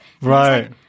Right